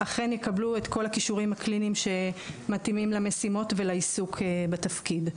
אכן יקבלו את כל הכישורים הקליניים שמתאימים למשימות ולעיסוק בתפקיד.